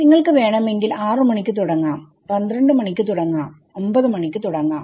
നിങ്ങൾക്ക് വേണമെങ്കിൽ ആറുമണിക്ക് തുടങ്ങാം 12 മണിക്ക് തുടങ്ങാം 9 മണിക്ക് തുടങ്ങാം